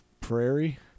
Prairie